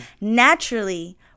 naturally